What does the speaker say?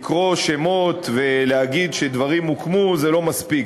לקרוא שמות ולהגיד שדברים הוקמו זה לא מספיק,